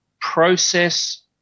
process